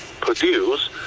produce